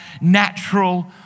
natural